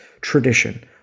tradition